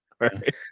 right